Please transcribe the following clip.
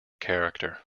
character